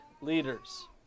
leaders